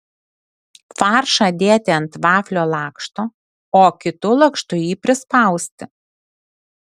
faršą dėti ant vaflio lakšto o kitu lakštu jį prispausti